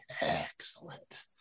excellent